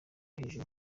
hejuru